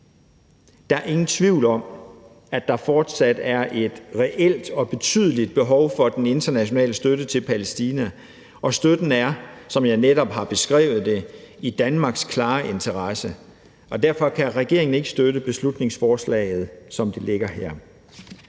Der er ingen tvivl om, at der fortsat er et reelt og betydeligt behov for den internationale støtte til Palæstina, og støtten er, som jeg netop har beskrevet det, i Danmarks klare interesse. Derfor kan regeringen ikke støtte beslutningsforslaget, som der ligger her.